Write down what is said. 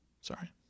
Sorry